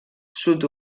sud